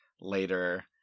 later